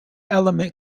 element